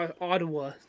Ottawa